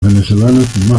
venezolanos